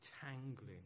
tangling